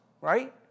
right